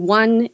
one